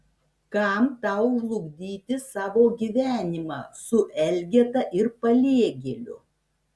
kam tau žlugdyti savo gyvenimą su elgeta ir paliegėliu